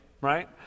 Right